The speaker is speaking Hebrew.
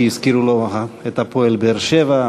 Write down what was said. כי הזכירו לו את "הפועל באר-שבע".